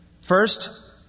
First